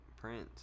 Prince